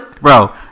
Bro